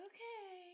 Okay